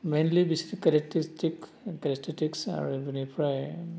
मेनलि बिसोर कारेकटिसटिक आरो बिनिफ्राय